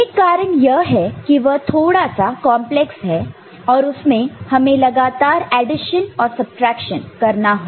एक कारण यह है कि वह थोड़ा सा कॉम्प्लेक्स है और उसमें हमें लगातार एडिशन और सबट्रैक्शन करना है